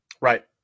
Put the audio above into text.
Right